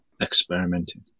experimenting